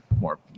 more